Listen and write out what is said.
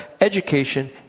education